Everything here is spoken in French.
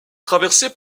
traversée